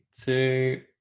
two